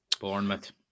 Bournemouth